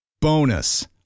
Bonus